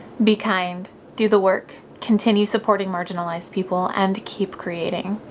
be kind, do the work, continue supporting marginalized people, and keep creating.